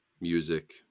music